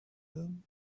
him